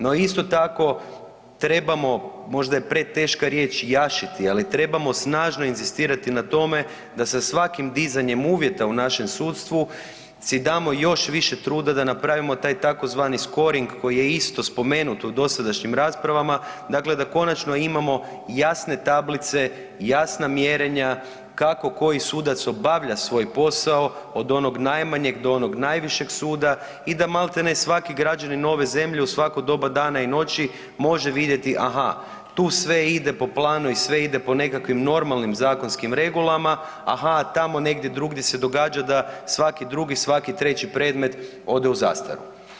No, isto tako trebamo, možda je preteška riječ jašiti, ali trebamo snažno inzistirati na tome da sa svakim dizanjem uvjeta u našem sudstvu si damo još više truda da napravimo taj tzv. scoring koji je isto spomenut u dosadašnjim raspravama, dakle da konačno imamo jasne tablice, jasna mjerenja kako koji sudac obavlja svoj posao, od onog najmanjeg do onog najvišeg suda i da maltene svaki građanin ove zemlje u svako doba dana i noći može vidjeti, aha tu sve ide po planu i sve ide po nekakvim normalnim zakonskim regulama, aha a tamo negdje drugdje se događa da svaki drugi, svaki treći predmet ode u zastaru.